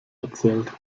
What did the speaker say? erzählt